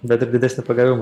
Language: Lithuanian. bet ir didesni pagavimai